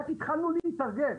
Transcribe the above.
רק התחלנו להתארגן.